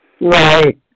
Right